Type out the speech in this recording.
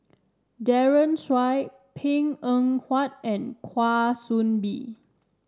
Daren Shiau Png Eng Huat and Kwa Soon Bee